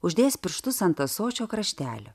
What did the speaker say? uždėjęs pirštus ant ąsočio kraštelio